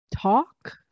talk